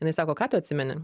jinai sako ką tu atsimeni